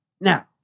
Now